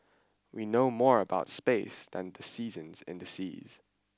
we know more about space than the seasons and the seas